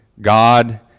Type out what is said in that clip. God